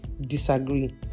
disagree